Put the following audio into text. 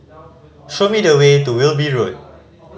show me the way to Wilby Road